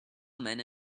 men